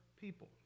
people